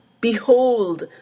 behold